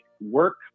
work